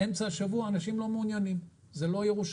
באמצע השבוע אנשים לא מעוניינים להתארח.